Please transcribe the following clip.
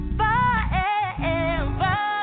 forever